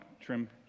trim